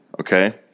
okay